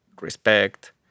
respect